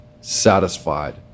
satisfied